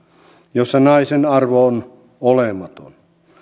joissa naisen arvo on olematon